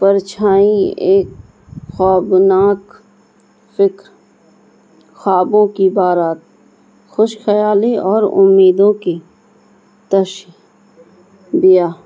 پرچھائیں ایک خوابناک فکر خوابوں کی بارات خوش خیال اور امیدوں کی تش دیا